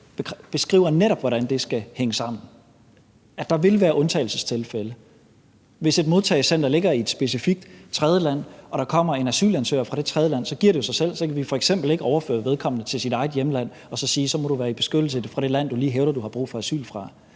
beskriver netop, hvordan det skal hænge sammen, og at der vil være undtagelsestilfælde. Hvis et modtagecenter ligger i et specifikt tredjeland, og hvis der kommer en asylansøger fra det tredjeland, så giver det jo sig selv, at vi f.eks. ikke kan overføre vedkommende til sit eget hjemland og så sige, at vedkommende må være i beskyttelse i det land, som vedkommende lige hævder at have brug for asyl fra.